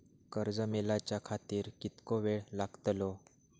कर्ज मेलाच्या खातिर कीतको वेळ लागतलो?